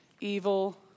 evil